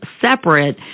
separate